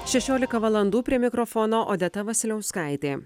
šešiolika valandų prie mikrofono odeta vasiliauskaitė